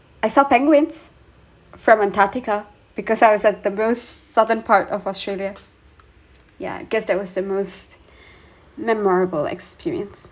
I saw penguins from antarctica because I was at the most southern part of australia yeah guess that was the most memorable experience